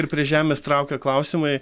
ir prie žemės traukia klausimai